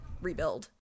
rebuild